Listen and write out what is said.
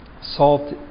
Salt